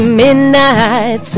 midnight